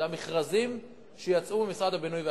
זה המכרזים שיצאו ממשרד הבינוי והשיכון.